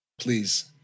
Please